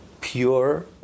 pure